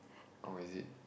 oh is it